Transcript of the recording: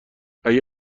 اگه